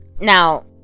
now